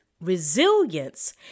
Resilience